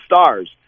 stars